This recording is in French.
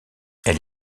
elle